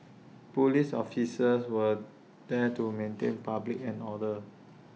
Police officers were there to maintain public order